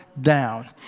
down